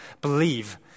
believe